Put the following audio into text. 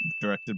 Directed